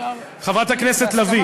חברת הכנסת לביא,